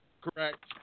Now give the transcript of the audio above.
Correct